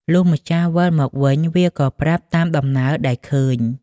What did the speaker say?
លុះម្ចាស់វិលមកវិញ វាក៏ប្រាប់តាមដំណើរដែលឃើញ ។